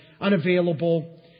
unavailable